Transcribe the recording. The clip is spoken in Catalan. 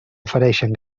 ofereixen